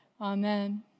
Amen